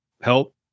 help